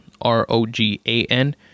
r-o-g-a-n